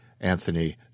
Anthony